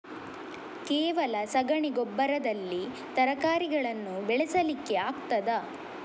ಕೇವಲ ಸಗಣಿ ಗೊಬ್ಬರದಲ್ಲಿ ತರಕಾರಿಗಳನ್ನು ಬೆಳೆಸಲಿಕ್ಕೆ ಆಗ್ತದಾ?